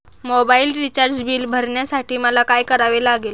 Mobile recharge bill भरण्यासाठी मला काय करावे लागेल?